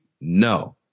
No